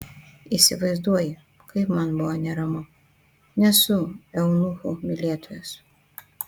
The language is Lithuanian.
įsivaizduoji kaip man buvo neramu nesu eunuchų mylėtojas